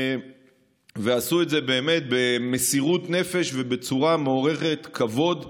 ועשו את זה באמת במסירות נפש ובצורה מעוררת כבוד והערכה.